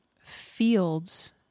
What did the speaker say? fields